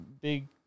big